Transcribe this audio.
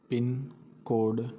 PIN code